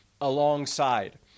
alongside